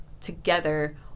together